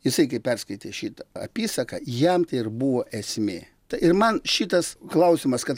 jisai perskaitė šitą apysaką jam tai ir buvo esmė tai ir man šitas klausimas kad